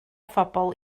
phobl